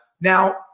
Now –